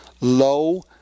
low